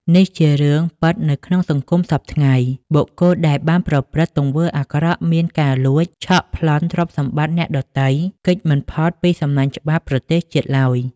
នេះជារឿងពិតនៅក្នុងសង្គមសព្វថ្ងៃ បុគ្គលដែលបានប្រព្រឹត្តទង្វើអាក្រក់មានការលួច ឆក់ប្លន់ទ្រព្យសម្បត្តិអ្នកដទៃ គេចមិនផុតពីសំណាញ់ច្បាប់ប្រទេសជាតិឡើយ។